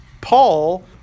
Paul